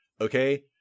Okay